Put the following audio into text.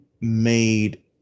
made